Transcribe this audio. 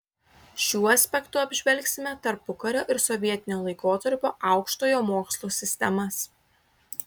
šiuo aspektu apžvelgsime tarpukario ir sovietinio laikotarpio aukštojo mokslo sistemas